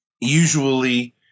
Usually